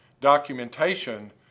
documentation